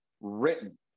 written